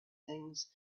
things